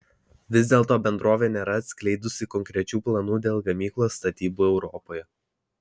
vis dėlto bendrovė nėra atskleidusi konkrečių planų dėl gamyklos statybų europoje